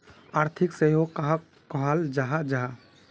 आर्थिक सहयोग कहाक कहाल जाहा जाहा?